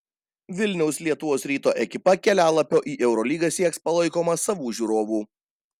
vilniaus lietuvos ryto ekipa kelialapio į eurolygą sieks palaikoma savų žiūrovų